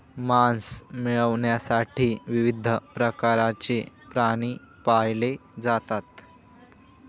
मांस मिळविण्यासाठी विविध प्रकारचे प्राणी पाळले जातात